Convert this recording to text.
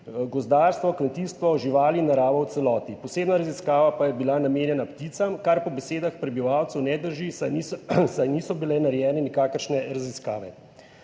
gozdarstvo, kmetijstvo, živali in naravo v celoti, posebna raziskava pa je bila namenjena pticam, kar po besedah prebivalcev ne drži, saj niso bile narejene nikakršne raziskave.